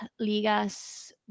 Ligas